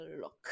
look